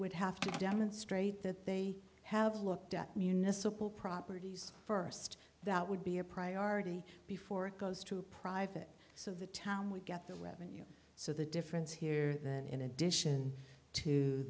would have to demonstrate that they have looked at municipal properties first that would be a priority before it goes to private so the town would get the revenue so the difference here then in addition to